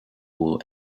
will